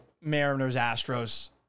Mariners-Astros